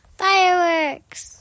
fireworks